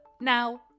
Now